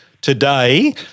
today